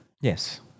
Yes